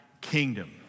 Kingdom